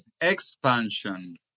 expansion